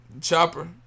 chopper